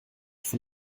von